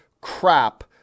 crap